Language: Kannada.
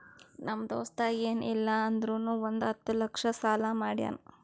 ನಮ್ ದೋಸ್ತ ಎನ್ ಇಲ್ಲ ಅಂದುರ್ನು ಒಂದ್ ಹತ್ತ ಲಕ್ಷ ಸಾಲಾ ಮಾಡ್ಯಾನ್